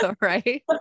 right